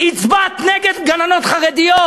הצבעת נגד גננות חרדיות,